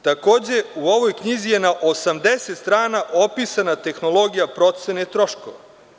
Takođe u ovoj knjizi je na 80 stana opisana tehnologija procene troškova.